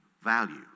value